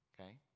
okay